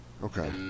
Okay